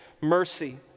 mercy